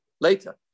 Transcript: later